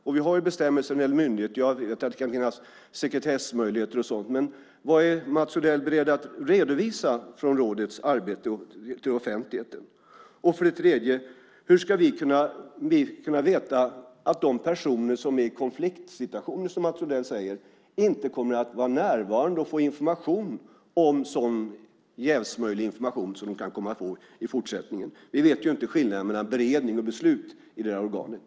Det finns bestämmelser för myndigheter. Jag vet att det kan finnas möjlighet till sekretess. Vad är Mats Odell beredd att redovisa från rådets arbete till offentligheten? Den tredje frågan gäller hur vi ska veta att de personer som är i en konfliktsituation, som Mats Odell säger, inte kommer att vara närvarande och få sådan jävsmöjlig information i fortsättningen. Vi vet inte skillnaden mellan beredning och beslut i det här organet.